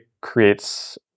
creates